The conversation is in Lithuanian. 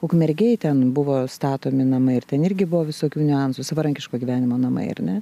ukmergėj ten buvo statomi namai ir ten irgi buvo visokių niuansų savarankiško gyvenimo namai ar ne